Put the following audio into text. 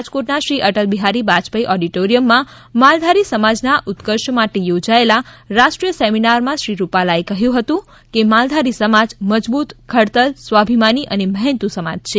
રાજકોટના શ્રી અટલ બિહારી વાજપાઇ ઓડિટોરિયમમાં માલધારી સમાજના ઉત્કર્ષ માટે યોજાયેલા રાષ્ટ્રીય સેમીનારમાં શ્રી રૂપાલાએ કહ્યું હતું કે માલધારી સમાજ મજબૂત ખડતલ સ્વાભિમાની અને મહેનતુ સમાજ છે